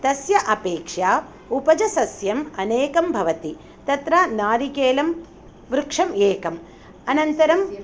तस्य अपेक्षया उपसस्यम् अनेकं भवति तत्र नारिकेलवृक्षम् एकम् अनन्तरं